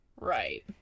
Right